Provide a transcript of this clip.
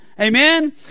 Amen